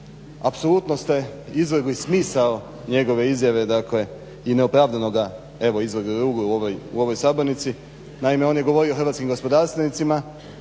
Apsolutno ste izvrgli smisao njegove izmjene i neopravdanoga izvrgli ruglu u ovoj sabornici. Naime, on je govorio hrvatskim gospodarstvenicima